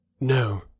No